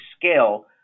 scale